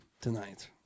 tonight